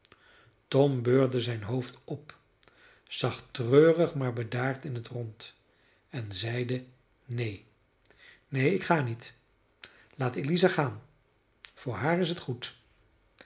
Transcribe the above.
tom beurde zijn hoofd op zag treurig maar bedaard in t rond en zeide neen neen ik ga niet laat eliza gaan voor haar is het goed